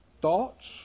Thoughts